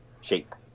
shape